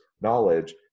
knowledge